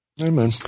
Amen